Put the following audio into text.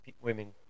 women